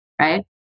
right